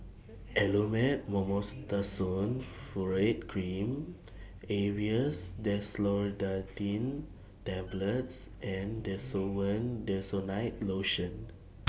Elomet Mometasone Furoate Cream Aerius DesloratadineTablets and Desowen Desonide Lotion